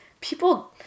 people